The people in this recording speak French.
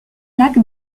lacs